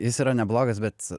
jis yra neblogas bet